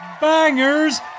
Bangers